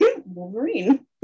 Wolverine